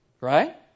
Right